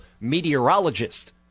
meteorologist